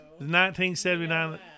1979